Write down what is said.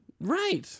Right